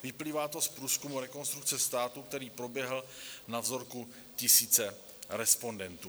Vyplývá to z průzkumu Rekonstrukce státu, který proběhl na vzorku tisíce respondentů.